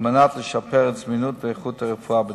מנת לשפר את הזמינות והאיכות של הרפואה בדרום.